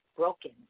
broken